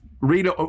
read